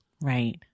Right